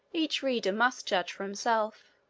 each reader must judge for himself.